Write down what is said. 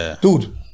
Dude